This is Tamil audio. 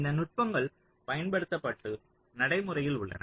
இந்த நுட்பங்கள் பயன்படுத்தப்பட்டு நடைமுறையில் உள்ளன